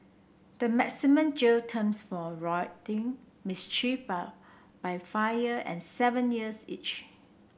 the maximum jail terms for rioting mischief by by fire and seven years each